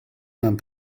mewn